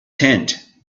tent